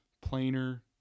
planer